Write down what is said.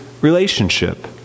relationship